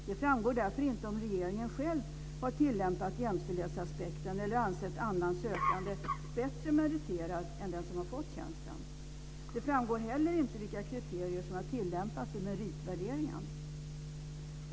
Det framgår därför inte om regeringen själv har tilllämpat jämställdhetsaspekten eller ansett annan sökande bättre meriterad än den som har fått tjänsten. Det framgår heller inte vilka kriterier som har tillämpats vid meritvärderingen.